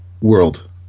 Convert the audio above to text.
world